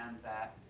that,